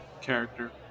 character